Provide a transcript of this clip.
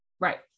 Right